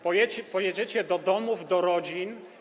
Pojedziecie do domów, do rodzin.